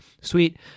sweet